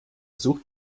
sucht